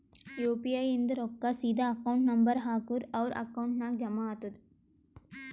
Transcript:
you P I ಇಂದ್ ರೊಕ್ಕಾ ಸೀದಾ ಅಕೌಂಟ್ ನಂಬರ್ ಹಾಕೂರ್ ಅವ್ರ ಅಕೌಂಟ್ ನಾಗ್ ಜಮಾ ಆತುದ್